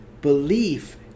belief